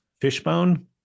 fishbone